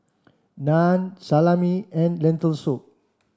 Naan Salami and Lentil soup